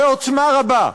בעוצמה רבה,